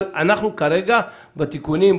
אבל אנחנו כרגע בתיקונים,